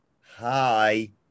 hi